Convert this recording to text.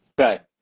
Okay